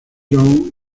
young